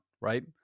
right